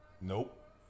nope